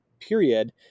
period